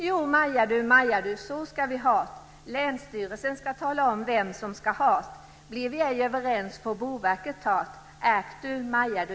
Jo, Maja du, Maja du, så ska vi ha t Länsstyrelsen ska tala om vem som ska ha t Blir vi ej överens, så får Boverket ta t! Maja du!